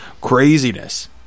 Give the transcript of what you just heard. Craziness